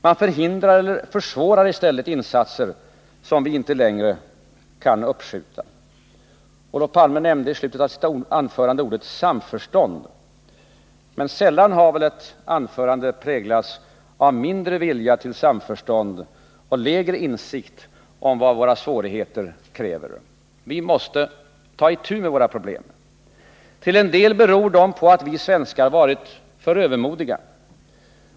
Man förhindrar eller försvårar i stället insatser som vi inte längre kan uppskjuta. Olof Palme nämnde i slutet av sitt anförande ordet ”samförstånd”. Men sällan har väl ett anförande präglats av mindre vilja till samförstånd och insikt om vad våra svårigheter kräver. Vi måste ta itu med våra problem. Till en del beror dessa på att vi svenskar varit för övermodiga.